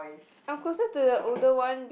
I'm closer to the older one